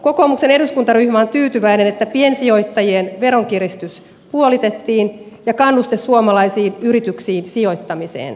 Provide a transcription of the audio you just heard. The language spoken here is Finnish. kokoomuksen eduskuntaryhmä on tyytyväinen että piensijoittajien veronkiristys puolitettiin ja kannuste suomalaisiin yrityksiin sijoittamiseen säilyy